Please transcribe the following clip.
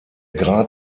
grad